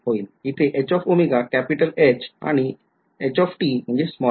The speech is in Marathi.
तर ते ते h होईल